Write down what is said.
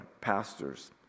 pastors